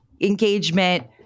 engagement